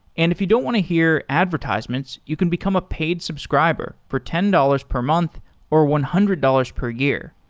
and if you don't want to hear advertisements, you can become a paid subscriber for ten dollars per month or one hundred dollars per year.